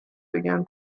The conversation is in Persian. بگن